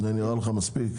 זה נראה לך מספיק?